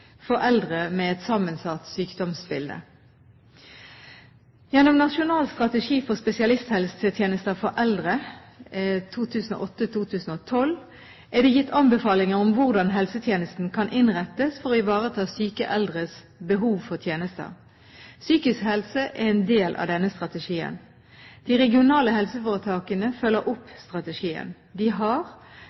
for eldre med et sammensatt sykdomsbilde. Gjennom Nasjonal strategi for spesialisthelsetjenester for eldre 2008–2012 er det gitt anbefalinger om hvordan helsetjenesten kan innrettes for å ivareta syke eldres behov for tjenester. Psykisk helse er en del av denne strategien. De regionale helseforetakene følger opp strategien. De har,